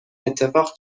اتفاق